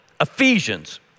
Ephesians